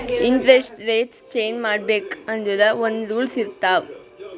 interest rates change ಮಾಡ್ಬೇಕ್ ಅಂದುರ್ ಒಂದ್ ರೂಲ್ಸ್ ಇರ್ತಾವ್